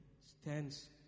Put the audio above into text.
stands